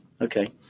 Okay